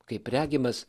kaip regimas